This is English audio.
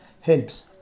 helps